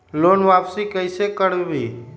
Loan वापसी कैसे करबी?